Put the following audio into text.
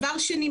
דבר שני,